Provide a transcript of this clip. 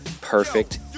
perfect